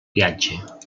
viatge